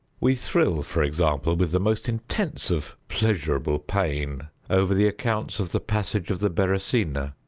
we thrill, for example, with the most intense of pleasurable pain over the accounts of the passage of the beresina,